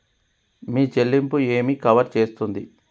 మీ చెల్లింపు ఏమి కవర్ చేస్తుంది?